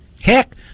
Heck